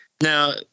now